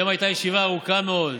היום הייתה ישיבה ארוכה מאוד,